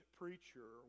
preacher